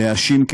להאשים,